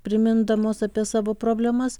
primindamos apie savo problemas